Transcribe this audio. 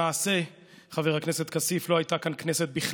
למעשה, חבר הכנסת כסיף, לא הייתה כאן כנסת בכלל.